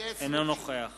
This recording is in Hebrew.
אינו נוכח